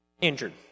injured